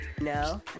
No